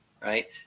right